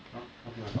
!huh! what thing back up